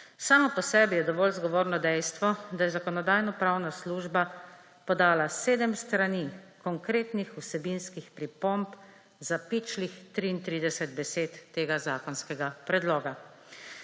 Samo po sebi je dovolj zgovorno dejstvo, da je Zakonodajno-pravna služba podala sedem strani konkretnih vsebinskih pripomb za pičlih 33 besed tega zakonskega predloga.